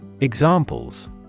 Examples